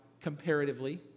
comparatively